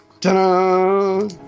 ta-da